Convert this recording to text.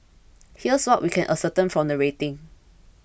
here's what we can ascertain from the rating